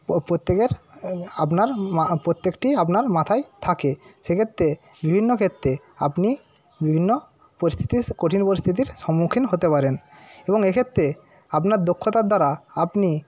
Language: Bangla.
ও প্রত্যেকের আপনার মা প্রত্যেকটি আপনার মাথায় থাকে সেক্ষেত্রে বিভিন্ন ক্ষেত্রে আপনি বিভিন্ন পরিস্থিতির কঠিন পরিস্থিতির সম্মুখীন হতে পারেন এবং এক্ষেত্রে আপনার দক্ষতার দ্বারা আপনি